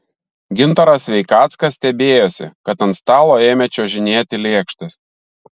gintaras sveikackas stebėjosi kad ant stalo ėmė čiuožinėti lėkštės